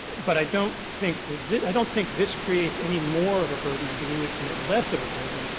but i don't think i don't think this creates any more of a burden, indeed we would submit less of a burden,